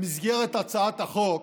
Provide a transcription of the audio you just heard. במסגרת הצעת החוק,